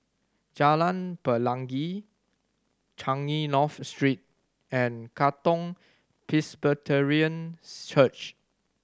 Jalan Pelangi Changi North Street and Katong Presbyterian's Church